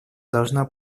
должна